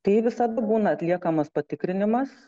tai visada būna atliekamas patikrinimas